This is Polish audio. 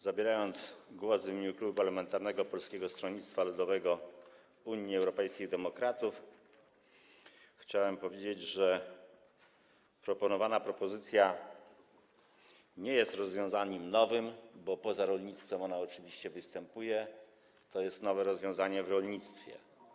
Zabierając głos w imieniu Klubu Parlamentarnego Polskiego Stronnictwa Ludowego - Unii Europejskich Demokratów, chciałem powiedzieć, że przedstawiana propozycja nie jest rozwiązaniem nowym, bo poza rolnictwem ono oczywiście występuje, to jest nowe rozwiązanie w rolnictwie.